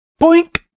boink